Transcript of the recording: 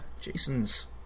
Jason's